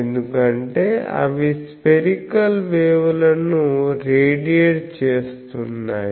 ఎందుకంటే అవి spherical wave లను రేడియేట్ చేస్తున్నాయి